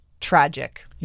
tragic